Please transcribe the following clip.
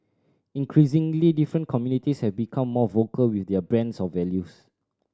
increasingly different communities have become more vocal with their brand of values